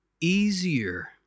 easier